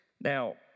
Now